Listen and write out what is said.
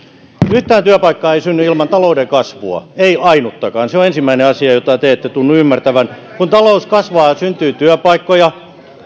yhtään työpaikkaa ei synny ilman talouden kasvua ei ainuttakaan se on ensimmäinen asia jota te ette tunnu ymmärtävän kun talous kasvaa syntyy työpaikkoja